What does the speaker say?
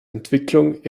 entwicklung